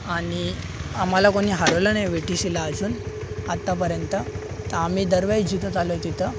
आणि आम्हाला कोणी हरवलं नाही वि ती सीला अजून आतापर्यंत तर आम्ही दरवेळेस जिंकत आलो आहे तिथं